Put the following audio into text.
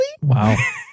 Wow